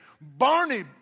barney